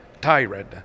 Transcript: tired